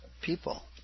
people